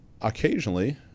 Occasionally